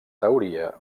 teoria